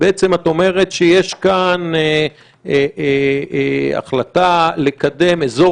ובעצם את אומרת שיש כאן החלטה לקדם אזור